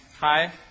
hi